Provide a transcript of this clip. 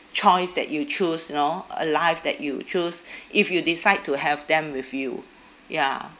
choice that you choose you know a life that you choose if you decide to have them with you ya